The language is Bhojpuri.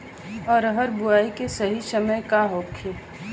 अरहर बुआई के सही समय का होखे?